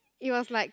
it was like